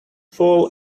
fell